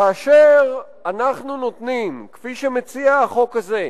כאשר אנחנו נותנים, כפי שמציע החוק הזה,